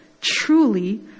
truly